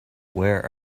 where